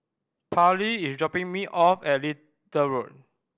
Pairlee is dropping me off at Little Road